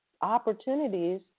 opportunities